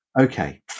Okay